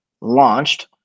launched